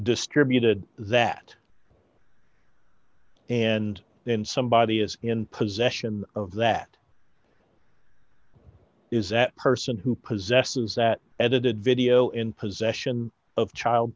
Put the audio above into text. distributed that and then somebody is in possession of that is that person who possesses that edited video in possession of child